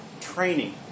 training